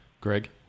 Greg